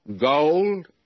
gold